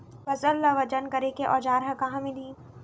फसल ला वजन करे के औज़ार हा कहाँ मिलही?